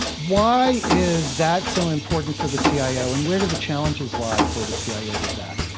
why is that so important for the so cio, and where do the challenges lie for the cio with that?